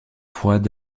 froide